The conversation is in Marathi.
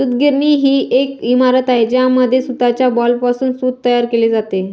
सूतगिरणी ही एक इमारत आहे ज्यामध्ये सूताच्या बॉलपासून सूत तयार केले जाते